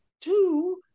two